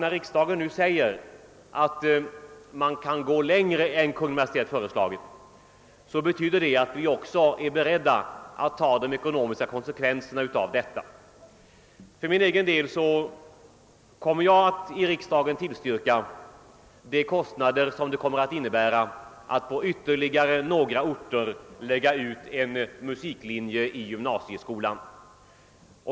När riksdagen nu säger att man kan gå längre än vad Kungl. Maj:t föreslår bör vi har klart för oss att det också betyder att vi är beredda att ta de ekonomiska konsekvenserna härav. För min egen del kommer jag att tillstyrka de kostnader som blir följden av att man på ytterligare några orter anordnar en musiklinje i gymnasieskolan.